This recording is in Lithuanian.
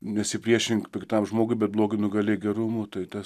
nesipriešink piktam žmogui bet blogį nugalėk gerumu tai tas